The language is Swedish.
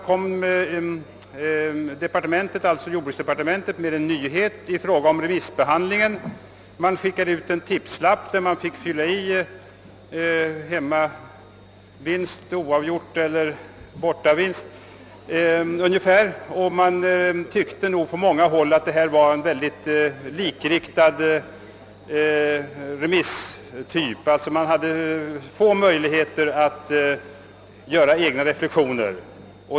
Vidare innebar jordbruksdepartementets remissbehandling en nyhet: det skickade ut en tipslapp som remissinstanserna fick fylla i motsvarande ungefär hemmavinst, bortavinst eller oavgjort. Man tyckte nog på många håll att det var en likriktad remisstyp. Remissinstanserna hade få möjligheter att göra egna reflexioner.